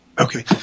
Okay